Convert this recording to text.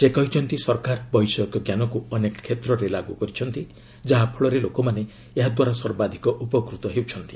ସେ କହିଛନ୍ତି ସରକାର ବୈଷୟିକ ଞ୍ଜାନକୁ ଅନେକ କ୍ଷେତ୍ରରେ ଲାଗୁ କରିଛନ୍ତି ଯାହା ଫଳରେ ଲୋକମାନେ ଏହାଦ୍ୱାରା ସର୍ବାଧିକ ଉପକୃତ ହେଉଛନ୍ତି